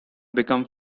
become